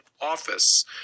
office